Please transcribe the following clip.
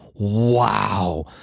Wow